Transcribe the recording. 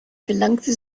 gelangte